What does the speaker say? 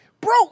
Bro